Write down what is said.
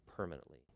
permanently